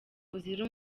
buzira